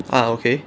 ah okay